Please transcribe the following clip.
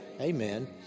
Amen